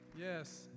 Yes